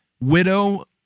widow